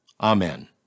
Amen